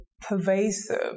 pervasive